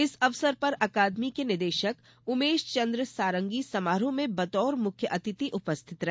इस अवसर पर अकादमी के निदेशक उमेशचंद्र सारंगी समारोह में बतौर मुख्य अतिथि उपस्थित रहे